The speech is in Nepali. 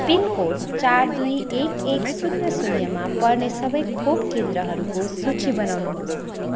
पिनकोड चार दुई एक एक शून्य शून्यमा पर्ने सबै खोप केन्द्रहरूको सूची बनाउनुहोस्